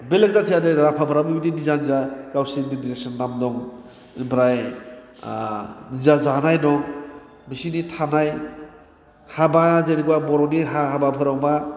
बेलेग जाथिया जेरै राभाफ्राबो बिदि जियानो जा गावसोरनि ड्रेसनि नाम दं ओमफ्राय निजा जानाय दं बिसोरनि थानाय हाबा जेनेबा बे बर'नि हाबाफोराव मा